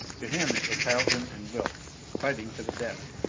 to him it was haljan and wilks, fighting to the death!